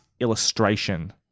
illustration